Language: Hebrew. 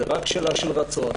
זה רק שאלה של רצון,